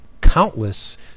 countless